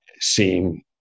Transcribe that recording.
seeing